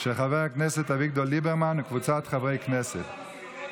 של חבר הכנסת אביגדור ליברמן וקבוצת חברי הכנסת.